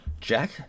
Jack